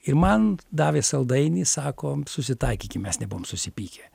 ir man davė saldainį sako susitaikykim mes nebuvom susipykę